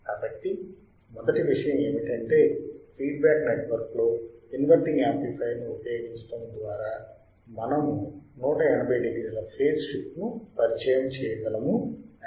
కాబట్టి మొదటి విషయం ఏమిటంటే ఫీడ్బ్యాక్ నెట్వర్క్ లో ఇన్వర్టింగ్ యాంప్లిఫైయర్ ని ఉపయోగించటం ద్వారా మనము 180 డిగ్రీల ఫేజ్ మార్పును పరిచయం చేయగలము అని